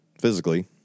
physically